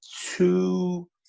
two –